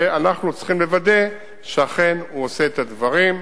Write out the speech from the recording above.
ואנחנו צריכים לוודא שאכן הוא עושה את הדברים,